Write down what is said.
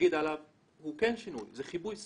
הוא כיבוי שריפות.